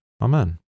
Amen